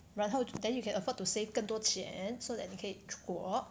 然后 then you can afford to save 更多钱 so that 你可以出国